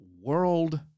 world